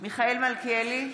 מיכאל מלכיאלי,